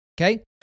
Okay